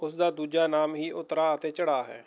ਉਸਦਾ ਦੂਜਾ ਨਾਮ ਹੀ ਉਤਰਾਅ ਅਤੇ ਚੜ੍ਹਾਅ ਹੈ